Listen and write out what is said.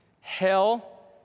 Hell